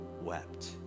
wept